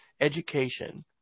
education